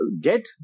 get